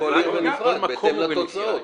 לכל סיעת אם בנפרד בהתאם לתוצאות,